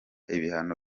ibihano